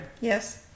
Yes